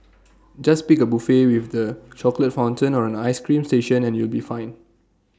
just pick A buffet with the chocolate fountain or an Ice Cream station and you'll be fine